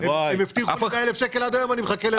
הם הבטיחו לי 100 אלף שקלים ועד היום אני מחכה להם.